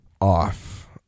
off